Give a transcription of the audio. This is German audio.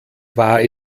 war